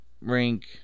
rank